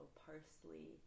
parsley